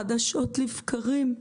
חדשות לבקרים.